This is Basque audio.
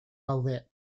gaude